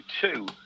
two